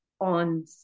on